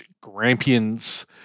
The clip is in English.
Grampians